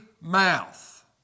mouth